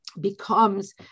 becomes